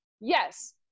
Yes